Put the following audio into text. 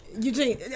Eugene